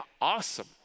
awesome